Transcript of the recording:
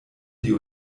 die